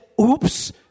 oops